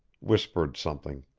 whispered something.